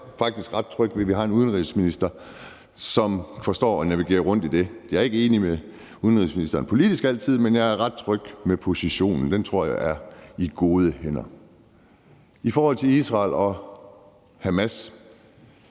jeg så faktisk ret tryg ved, at vi har en udenrigsminister, som forstår at navigere rundt i det. Jeg er ikke altid enig med udenrigsministeren politisk, men jeg er ret tryg ved positionen. Den tror jeg er i gode hænder. I forhold til Israel og Hamas